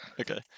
okay